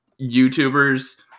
YouTubers